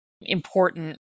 important